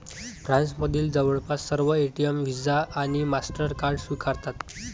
फ्रान्समधील जवळपास सर्व एटीएम व्हिसा आणि मास्टरकार्ड स्वीकारतात